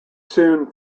soon